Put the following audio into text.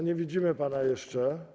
Nie widzimy pana jeszcze.